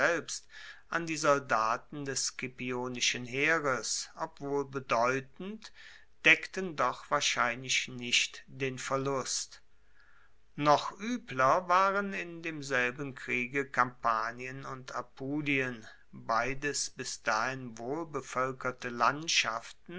an die soldaten des scipionischen heeres obwohl bedeutend deckten doch wahrscheinlich nicht den verlust noch uebler waren in demselben kriege kampanien und apulien beides bis dahin wohlbevoelkerte landschaften